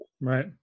right